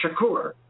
Shakur